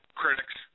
critics